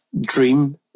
dream